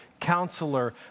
Counselor